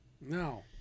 No